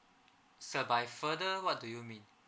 sir by further what do you mean